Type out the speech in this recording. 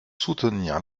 soutenir